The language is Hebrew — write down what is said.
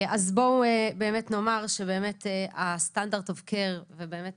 בואו נאמר שבאמת ה-standard of care ובאמת